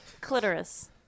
Clitoris